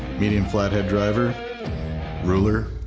median flathead driver ruler